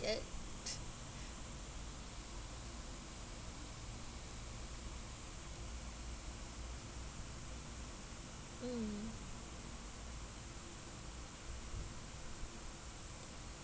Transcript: yet mm